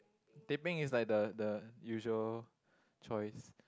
teh peng is like the the usual choice